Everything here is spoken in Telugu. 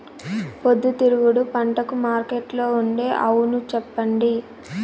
పొద్దుతిరుగుడు పంటకు మార్కెట్లో ఉండే అవును చెప్పండి?